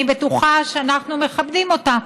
אני בטוחה שאנחנו מכבדים אותה.